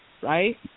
Right